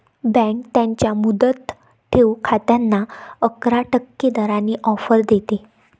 bank त्यांच्या मुदत ठेव खात्यांना अकरा टक्के दराने ऑफर देते